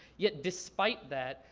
yet despite that,